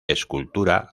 escultura